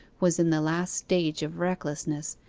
was in the last stage of recklessness,